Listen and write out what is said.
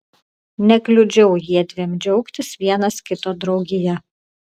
nekliudžiau jiedviem džiaugtis vienas kito draugija